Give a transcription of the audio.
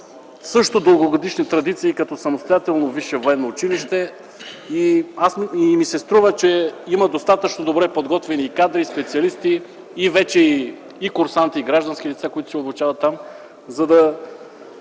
също дългогодишни традиции като самостоятелно висше военно училище и ми се струва, че има достатъчно добре подготвени кадри и специалисти, а вече и курсанти, и граждански лица, които се обучават там, за да